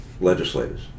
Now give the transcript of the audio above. legislators